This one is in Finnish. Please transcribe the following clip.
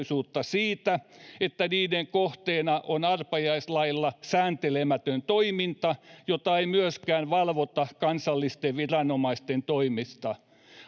siitä, että niiden kohteena on arpajaislailla sääntelemätön toiminta, jota ei myöskään valvota kansallisten viranomaisten toimesta.